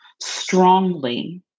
strongly